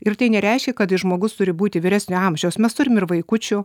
ir tai nereiškia kad žmogus turi būti vyresnio amžiaus mes turim ir vaikučių